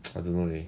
I don't know leh